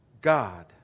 God